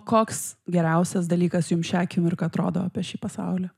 koks geriausias dalykas jums šią akimirką atrodo apie šį pasaulį